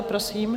Prosím.